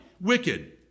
wicked